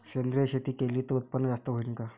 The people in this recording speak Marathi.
सेंद्रिय शेती केली त उत्पन्न जास्त होईन का?